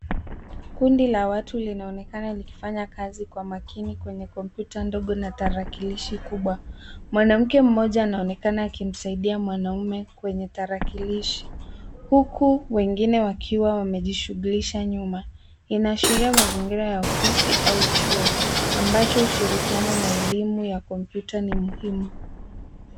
Kundi la watu linaonekana likifanya kazi kwa makini kwenye kompyuta ndogo na tarakilishi kubwa. Mwanamke mmoja anaonekana akimsaidia mwanaume kwenye tarakilishi, huku wengine wakiwa wamejishughulisha nyuma. Inaashiria mazingira ya ofisi au chuo ambacho ushirikianao na elimu ya kompyuta ni muhimu.